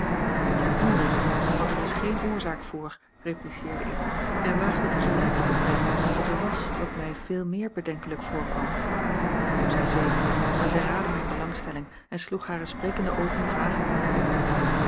ten onrechte want er is geene oorzaak voor repliceerde ik en waagde tegelijk de opmerking dat er was wat mij veel meer bedenkelijk voorkwam zij zweeg maar zij raadde mijne belangstelling en sloeg hare sprekende oogen vragend naar mij op